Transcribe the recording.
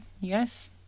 yes